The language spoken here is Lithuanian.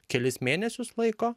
kelis mėnesius laiko